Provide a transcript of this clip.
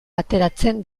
ateratzen